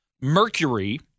mercury